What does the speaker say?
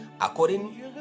according